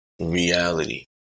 reality